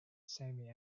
semi